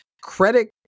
Credit